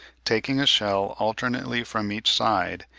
taking a shell alternately from each side,